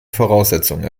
voraussetzungen